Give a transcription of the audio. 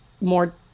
more